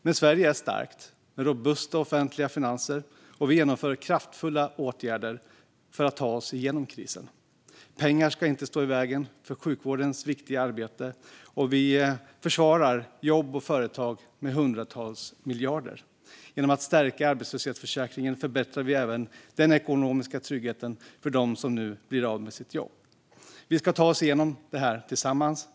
Men Sverige är starkt, med robusta offentliga finanser, och vi genomför kraftfulla åtgärder för att ta oss igenom krisen. Pengar ska inte stå i vägen för sjukvårdens viktiga arbete, och vi försvarar jobb och företag med hundratals miljarder. Genom att stärka arbetslöshetsförsäkringen förbättrar vi även den ekonomiska tryggheten för dem som nu blir av med sitt jobb. Vi ska ta oss igenom det här tillsammans.